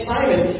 Simon